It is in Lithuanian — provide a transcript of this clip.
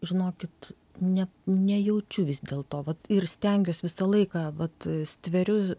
žinokit ne nejaučiu vis dėlto vat ir stengiuos visą laiką vat stveriu